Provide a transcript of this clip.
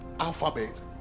alphabet